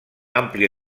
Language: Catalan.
àmplia